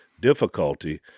difficulty